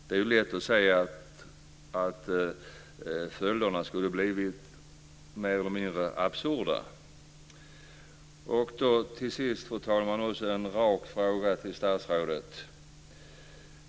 Det är lätt att säga att följderna skulle bli mer eller mindre absurda. Fru talman! Jag har en rak fråga till statsrådet.